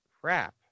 crap